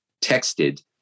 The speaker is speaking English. texted